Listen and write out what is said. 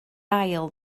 ail